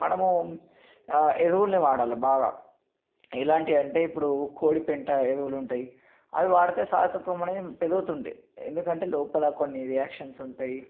మనము ఎరువుల్ని వాడాలి బాగా ఎలాంటివి అంటే ఇప్పుడు కోడి పెంట ఎరువులు ఉంటాయి అవి వాడితే సారతత్వం అనేది పెరుగుతుంది ఎందుకంటే లోపల కొన్ని రియాక్షన్స్ ఉంటాయి